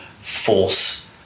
force